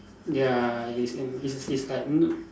ya and it's in is it's like m~